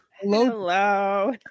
Hello